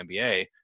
nba